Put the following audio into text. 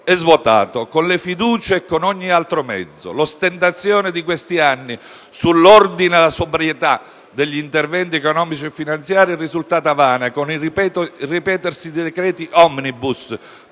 e svuotato con le fiducie e con ogni altro mezzo. L'ostentazione di questi anni sull'ordine e la sobrietà degli interventi economici finanziari è risultata vana con il ripetersi dei decreti *omnibus*,